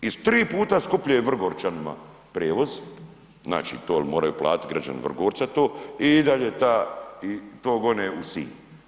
I tri puta skuplje je Vrgorčanima prijevoz, znači to moraju platiti građani Vrgorca i to i dalje to gone u Sinj.